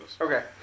Okay